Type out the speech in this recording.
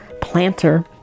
planter